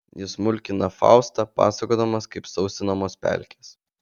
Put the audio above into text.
jis mulkina faustą pasakodamas kaip sausinamos pelkės